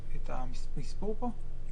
המספור פה.